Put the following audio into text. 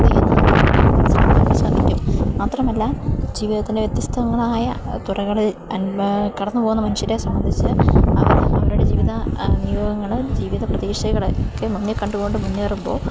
സാധിക്കും മാത്രമല്ല ജീവിതത്തിൻ്റെ വ്യത്യസ്തങ്ങളായ തുറകളിലൂടെ കടന്നുപോകുന്ന മനുഷ്യരെ സംബന്ധിച്ച് അവര് അവരുടെ ജീവിത നിയോഗങ്ങള് ജീവിത പ്രതീക്ഷകളൊക്കെ മുന്നിൽ കണ്ടുകൊണ്ട് മുന്നേറുമ്പോള്